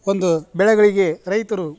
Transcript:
ಒಂದು ಬೆಳೆಗಳಿಗೆ ರೈತರು